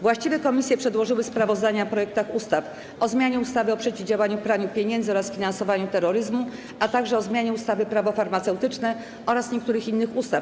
Właściwe komisje przedłożyły sprawozdania o projektach ustaw: - o zmianie ustawy o przeciwdziałaniu praniu pieniędzy oraz finansowaniu terroryzmu, - o zmianie ustawy Prawo farmaceutyczne oraz niektórych innych ustaw.